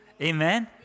Amen